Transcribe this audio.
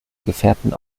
gefährten